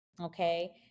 okay